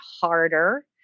harder